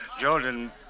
Jordan